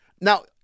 Now